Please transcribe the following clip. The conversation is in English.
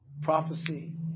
prophecy